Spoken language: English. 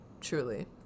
truly